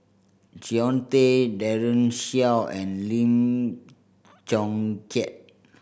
Jean Tay Daren Shiau and Lim Chong Keat